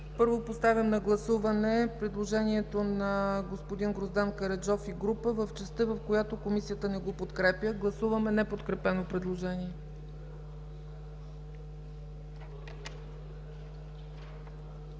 Първо, поставям на гласуване предложението на господин Гроздан Караджов и група народни представители в частта, в която Комисията не го подкрепя. Гласуваме неподкрепено предложение.